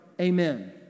Amen